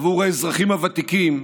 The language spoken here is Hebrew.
עבור האזרחים הוותיקים,